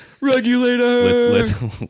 Regulator